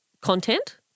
content